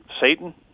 Satan